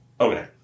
Okay